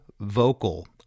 vocal